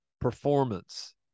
performance